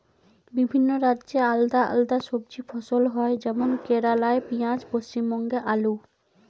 বিভিন্ন রাজ্যে আলদা আলদা সবজি ফসল হয় যেমন কেরালাই পিঁয়াজ, পশ্চিমবঙ্গে আলু